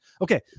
Okay